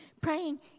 Praying